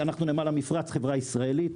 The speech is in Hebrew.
אנחנו נמל המפרץ, חברה ישראלית.